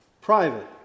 private